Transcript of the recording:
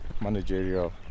managerial